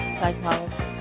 psychology